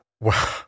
Wow